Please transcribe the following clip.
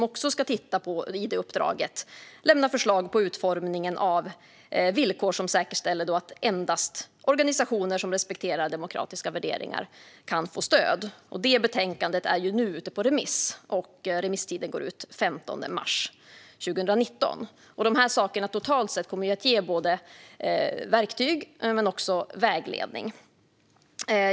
I uppdraget ingår att lämna förslag på utformningen av villkor som säkerställer att endast organisationer som respekterar demokratiska värderingar kan få stöd. Det betänkandet är nu ute på remiss, och remisstiden går ut den 15 mars 2019. De här sakerna totalt sett kommer att ge både verktyg och vägledning.